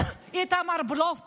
איתמר מבלף פה.